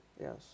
Yes